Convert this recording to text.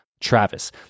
Travis